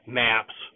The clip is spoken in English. maps